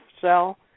cell